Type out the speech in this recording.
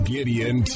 Gideon